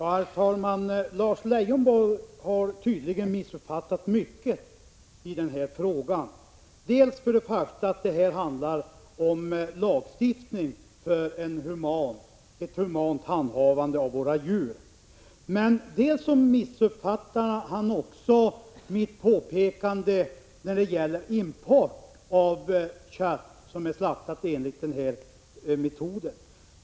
Herr talman! Lars Leijonborg har tydligen missuppfattat mycket i den här frågan. Dels har han inte uppfattat att det här handlar om lagstiftning för ett humant handhavande av våra djur, dels har han missuppfattat mitt påpekande när det gäller import av kött från djur, slaktade enligt koschermetoden.